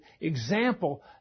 example